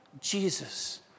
Jesus